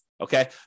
Okay